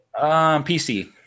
PC